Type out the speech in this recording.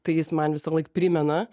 tai jis man visą laik primena